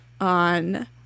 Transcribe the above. on